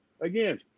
again